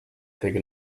take